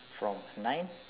from nine